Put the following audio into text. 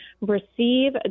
receive